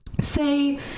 say